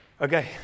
Okay